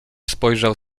spojrzał